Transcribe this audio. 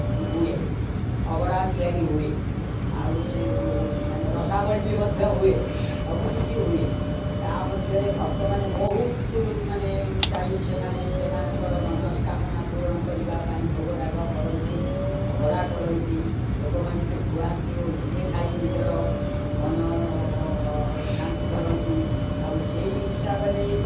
ହୁଏ ଅଭଡ଼ା ତିଆରି ହୁଏ ଆଉ ମାନେ ରସାବଳି ବି ମଧ୍ୟ ହୁଏ ସବୁକିଛି ହୁଏ ତା'ମଧ୍ୟରେ ଭକ୍ତମାନେ ବହୁତ ମାନେ ଯାଇ ସେମାନେ ସେମାନଙ୍କର ମନସ୍କାମନା ପୂରଣ କରିବା ପାଇଁ ଭୋଗ ରାଗ କରନ୍ତି ଅଭଡ଼ା କରନ୍ତି ଲୋକମାନଙ୍କୁ ଖୁଆନ୍ତି ଓ ନିଜେ ଖାଇ ନିଜର ମନ ଶାନ୍ତି କରନ୍ତି ଆଉ ସେଇ ହିସାବରେ